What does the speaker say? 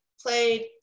played